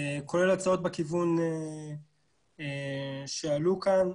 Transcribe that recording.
כולל הצעות בכיוון שעלו כאן.